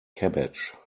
cabbage